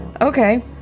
Okay